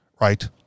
right